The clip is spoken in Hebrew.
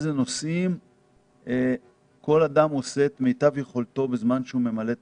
כל אדם עושה את מיטב יכולתו בזמן שהוא ממלא תפקיד,